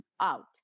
out